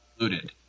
included